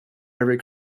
every